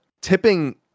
tipping